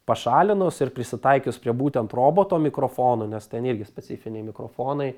pašalinus ir prisitaikius prie būtent roboto mikrofono nes ten irgi specifiniai mikrofonai